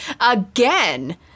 again